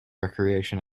recreation